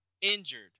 injured